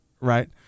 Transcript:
right